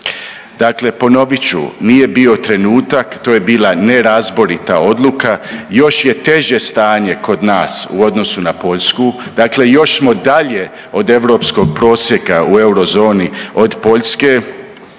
Dakle, ponovit ću nije bio trenutak, to je bila nerazborita odluka. Još je teže stanje kod nas u odnosu na Poljsku, dakle još smo dalje od europskog prosjeka u eurozoni od Poljske